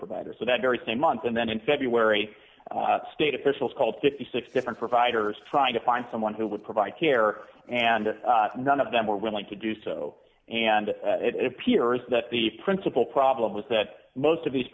provider so that very same month and then in february state officials called fifty six different providers trying to find someone who would provide care and none of them were willing to do so and it appears that the principal problem was that most of these